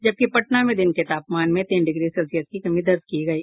जबकि पटना में दिन के तापमान में तीन डिग्री सेल्सियस की कमी दर्ज की गयी